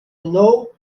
renault